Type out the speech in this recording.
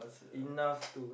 enough to